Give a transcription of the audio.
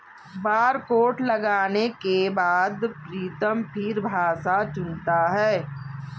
barcode को लगाने के बाद प्रीतम फिर भाषा चुनता है